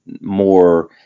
more